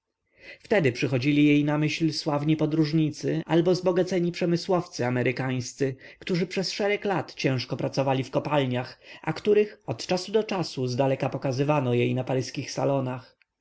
wtedy przychodzili jej na myśl sławni podróżnicy albo zbogaceni przemysłowcy amerykańscy którzy przez szereg lat ciężko pracowali w kopalniach a których od czasu do czasu zdaleka pokazywano jej na paryskich salonach